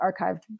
archived